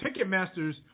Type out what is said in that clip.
Ticketmaster's